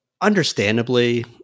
understandably